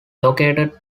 located